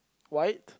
white